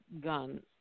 guns